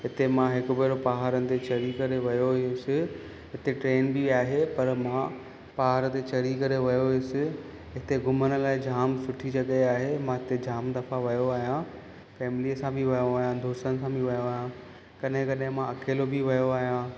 हिते मां हिकु भेरो पहाड़नि ते चढ़ी करे वयो हुउसि हिते ट्रेन बि आहे पर मां पहाड़ ते चढ़ी करे वयो हुउसि हिते घुमण लाइ जाम सुठी जॻहि आहे मां हिते जाम दफ़ा वयो आहियां फैमिलीअ सां बि वियो आहियां दोस्तनि सां बि वियो आहियां कॾहिं कॾहिं मां अकेलो बि वियो आहियां